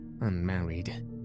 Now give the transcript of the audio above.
unmarried